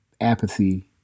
apathy